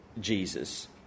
Jesus